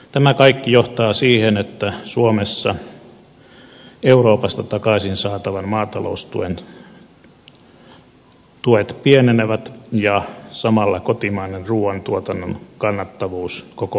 tämä kaikki johtaa siihen että suomessa euroopasta takaisin saatavat maataloustuet pienenevät ja samalla kotimainen ruuantuotannon kannattavuus koko ajan heikkenee